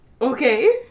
Okay